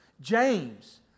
James